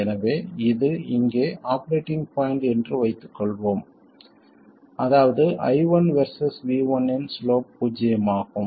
எனவே இது இங்கே ஆபரேட்டிங் பாய்ண்ட் என்று வைத்துக்கொள்வோம் அதாவது I1 வெர்சஸ் V1 இன் சிலோப் பூஜ்ஜியமாகும்